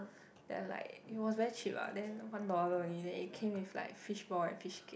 then like it was very cheap lah then one dollar only then it came with like fishball and fishcake